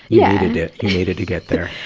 yeah you needed to get there!